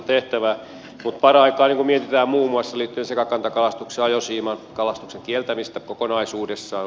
mutta paraikaa mietitään muun muassa liittyen sekakantakalastukseen ajosiimakalastuksen kieltämistä kokonaisuudessaan